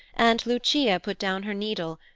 and lucia put down her needle,